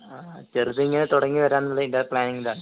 അ ചെറുത് ഇങ്ങനെ തുടങ്ങിവരാനുള്ള അതിൻ്റെ പ്ലാനിങ്ങിൽ ആണ്